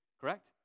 correct